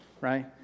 right